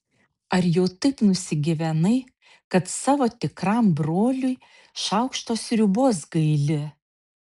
ar jau taip nusigyvenai kad savo tikram broliui šaukšto sriubos gaili